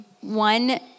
one